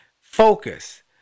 Focus